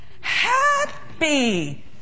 happy